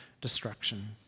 destruction